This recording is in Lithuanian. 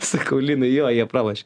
sakau linai jo jie pralošė